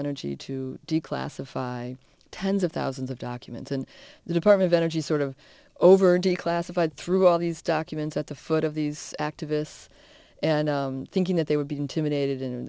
energy to declassify tens of thousands of documents and the department of energy sort of over declassified through all these documents at the foot of these activists and thinking that they would be intimidated in